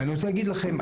אני רוצה להגיד לכם,